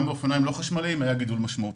גם באופניים לא חשמליים היה גידול משמעותי.